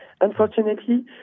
Unfortunately